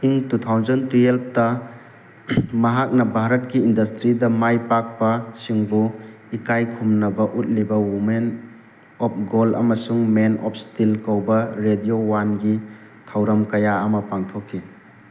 ꯏꯪ two thousand ꯇꯨꯌꯦꯜꯕꯇ ꯃꯍꯥꯛꯅ ꯕꯥꯔꯠꯀꯤ ꯏꯟꯗꯁꯇ꯭ꯔꯤꯗ ꯃꯥꯏ ꯄꯥꯛꯄꯁꯤꯡꯕꯨ ꯏꯀꯥꯏ ꯈꯨꯝꯅꯕ ꯎꯠꯂꯤꯕ ꯋꯨꯃꯦꯟ ꯑꯣꯐ ꯒꯣꯜ ꯑꯃꯁꯨꯡ ꯃꯦꯟ ꯑꯣꯐ ꯏꯁꯇꯤꯜ ꯀꯧꯕ ꯔꯦꯗꯤꯑꯣ ꯋꯥꯟꯒꯤ ꯊꯧꯔꯝ ꯀꯌꯥ ꯑꯃ ꯄꯥꯡꯊꯣꯛꯈꯤ